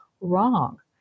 wrong